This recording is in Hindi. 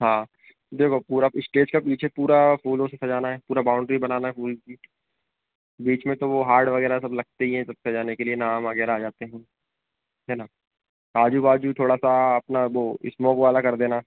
हाँ देखो पूरा इस्टेज का पीछे पूरा फूलों से सजाना है पूरा बाउन्ड्री बनाना है फूल की बीच में तो वो हार्ट वगैरह सब लगते ही हैं सब सजाने के लिए नाम वगैरह आ जाते हैं है ना आजू बाजू थोड़ा सा अपना वो इस्मोक वाला कर देना